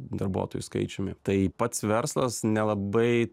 darbuotojų skaičiumi tai pats verslas nelabai